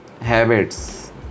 habits